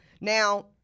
now